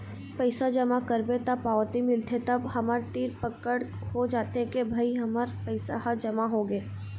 पइसा जमा करबे त पावती मिलथे तब हमर तीर पकड़ हो जाथे के भई हमर पइसा ह जमा होगे